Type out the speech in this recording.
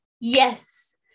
Yes